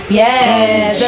yes